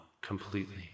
completely